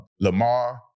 Lamar